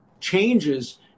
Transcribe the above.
changes